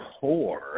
core